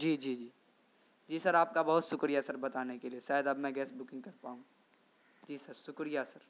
جی جی جی جی سر آپ کا بہت شکریہ سر بتانے کے لیے شاید اب میں گیس بکنگ کر پاؤں جی سر شکریہ سر